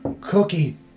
Cookie